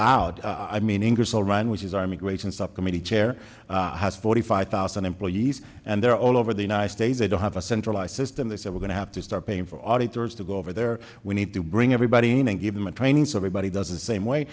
run which is our immigration subcommittee chair has forty five thousand employees and they're all over the united states they don't have a centralized system that we're going to have to start paying for auditors to go over there we need to bring everybody and give them a training so everybody does it same way